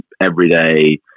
everyday